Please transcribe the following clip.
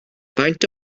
faint